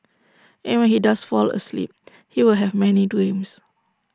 and when he does fall asleep he will have many dreams